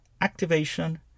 activation